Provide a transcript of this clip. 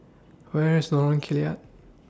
Where IS Lorong Kilat